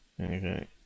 Okay